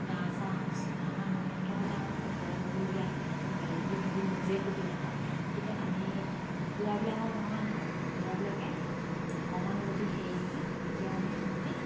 ৰাজহাঁহ হওক চিনাহাঁহ হওক সিহঁতক মানে অকমান প্ৰতিপাল কৰিবলগীয়া আহে সিহঁতক মেলি দিলেও সিহঁতি নিজে খুটি নাখায় কিন্তু আমি কুকুৰাবিলাকেও তেনেকুৱা নহয় কুকুৰাবিলাকে অকমান যদি হেৰি হয় তেতিয়া মানে সিহঁতি